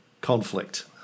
conflict